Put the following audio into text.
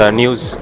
news